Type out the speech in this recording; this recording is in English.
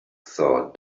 thought